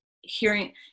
hearing